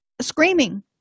screaming